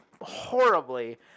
horribly